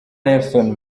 nelson